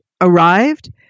arrived